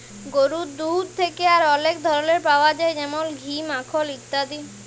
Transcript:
গরুর দুহুদ থ্যাকে আর অলেক ধরলের পাউয়া যায় যেমল ঘি, মাখল ইত্যাদি